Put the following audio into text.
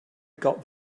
got